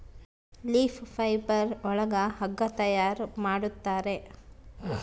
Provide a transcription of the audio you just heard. leaf fibre ಒಳಗ ಹಗ್ಗ ತಯಾರ್ ಮಾಡುತ್ತಾರೆ